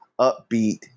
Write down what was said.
upbeat